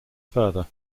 further